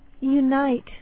unite